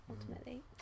ultimately